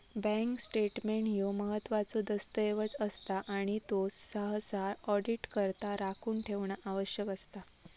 bank statement ह्यो महत्त्वाचो दस्तऐवज असता आणि त्यो सहसा ऑडिटकरता राखून ठेवणा आवश्यक असता